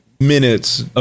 Minutes